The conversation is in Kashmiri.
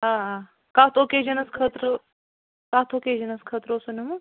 آ آ کَتھ اوٚکیجَنَس خٲطرٕ کتھ اوٚکیجَنَس خٲطرٕ اوسوٕ نِمُت